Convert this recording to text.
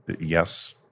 yes